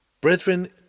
Brethren